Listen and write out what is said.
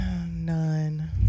None